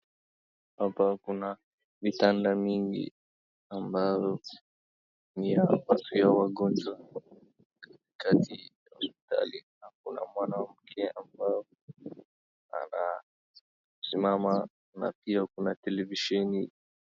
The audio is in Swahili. Hapa kuna vitanda mingi ambzazo ni ya kulazia wagonjwa katika hospitali na kuna mwanamke amabye anasimama na pia kuna televisheni.